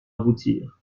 aboutir